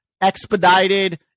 expedited